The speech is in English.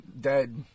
Dead